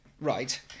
Right